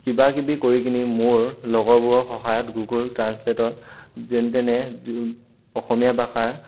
কিবাকিবি কৰি কিনি মোৰ লগৰবোৰৰ সহায়ত গুগল ট্ৰান্সলেটত যেনতেনে অসমীয়া ভাষাৰ